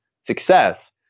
success